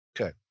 Okay